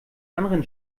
anderen